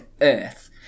Earth